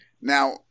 Now